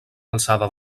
alçada